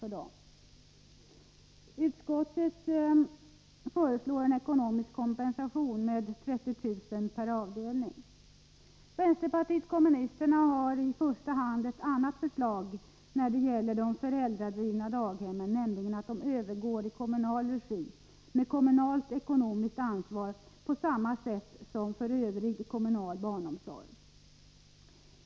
Utskottet föreslår en ekonomisk kompensation med 30 000 kr. per avdelning. Vänsterpartiet kommunisterna har i första hand ett annat förslag när det gäller de föräldradrivna daghemmen, nämligen att de övergår i kommunal regi med kommunalt ekonomiskt ansvar på samma sätt som för övrig kommunal barnomsorg.